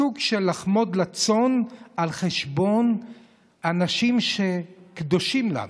סוג של לחמוד לצון על חשבון אנשים שקדושים לנו,